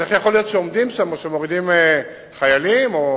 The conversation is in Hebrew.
איך יכול להיות שעומדים שם או שמורידים חיילים או